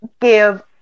give